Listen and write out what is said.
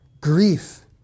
Grief